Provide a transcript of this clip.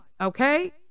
okay